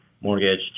mortgage